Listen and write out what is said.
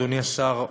אדוני השר,